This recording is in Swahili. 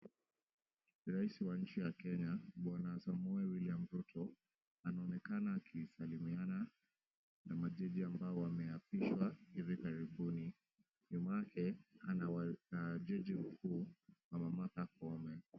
Rais wa nchi ya kenya bwana Samuel William Ruto anaonekana akisalimiana na majaji ambao wameapishwa hivi karibuni. Nyuma yake ana jaji mkuu Martha Koome.